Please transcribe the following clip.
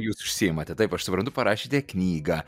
jūs užsiimate taip aš suprantu parašėte knygą